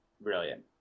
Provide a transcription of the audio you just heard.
brilliant